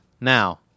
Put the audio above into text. Now